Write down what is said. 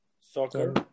Soccer